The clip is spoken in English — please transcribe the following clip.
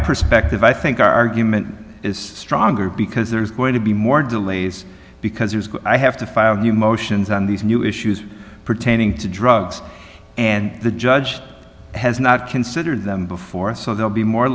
perspective i think our argument is stronger because there's going to be more delays because you have to file you motions on these new issues pertaining to drugs and the judge has not considered them before so they'll be more